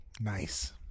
Nice